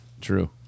True